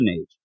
age